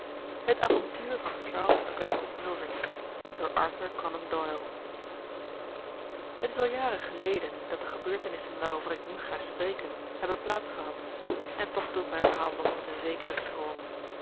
het avontuur van charles augustus milverton het is jaren geleden dat de gebeurtenissen waarover ik nu ga spreken hebben plaats gehad en toch doe ik mijn verhaal nog met een zekeren schroom